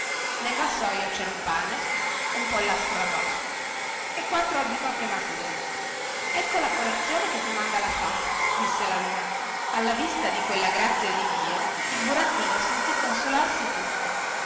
nel vassoio cera un pane un pollastro arrosto e quattro albicocche mature ecco la colazione che ti manda la fata disse la lumaca alla vista di quella grazia di dio il burattino sentì consolarsi tutto